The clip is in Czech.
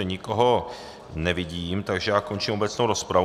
Nikoho nevidím, takže končím obecnou rozpravu.